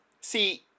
see